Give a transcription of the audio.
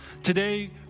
Today